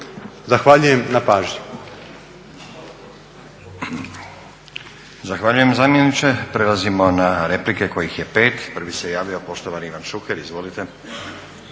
Zahvaljujem na pažnji.